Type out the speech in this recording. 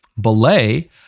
Belay